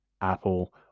apple